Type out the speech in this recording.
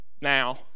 Now